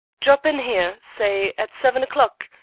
drop in here, say at seven o'clock,